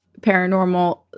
paranormal